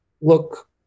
look